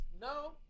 No